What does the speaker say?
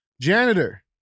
janitor